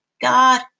God